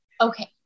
Okay